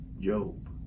Job